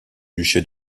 duché